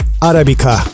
Arabica